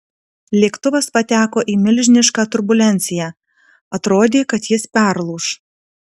lėktuvas pateko į milžinišką turbulenciją atrodė kad jis perlūš